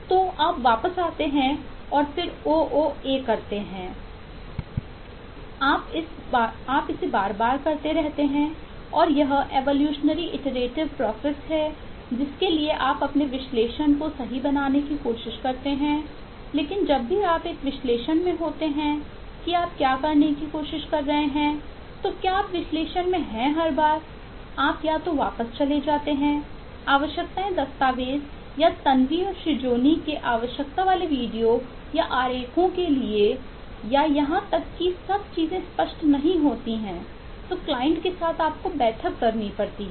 तो आप वापस आते हैं और फिर से ओ ओ ए जिसके लिए आप अपने विश्लेषण को सही बनाने की कोशिश करते हैं लेकिन जब भी आप एक विश्लेषण में होते हैं कि आप क्या करने की कोशिश कर रहे हैं तो क्या आप विश्लेषण में हैं हर बार आप या तो वापस चले जाते हैं आवश्यकताएँ दस्तावेज़ या तन्वी और श्रीजोनी के आवश्यकता वाले वीडियो या आरेखों के लिए या यहां तक कि जब चीजें स्पष्ट नहीं होती हैं तो क्लाइंट के साथ आपको बैठक करनी पड़ती है